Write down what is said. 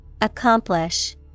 Accomplish